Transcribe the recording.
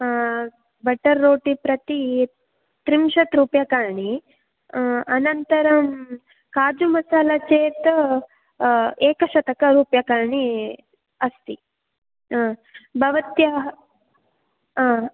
रोटि प्रति त्रिंशत् रूप्यकाणि अनन्तरं काजुमसाला चेत् एकशत रूप्यकाणि अस्ति भवत्याः हा